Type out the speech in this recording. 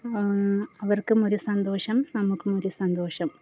അവർക്കും ഒരു സന്തോഷം നമുക്കും ഒരു സന്തോഷം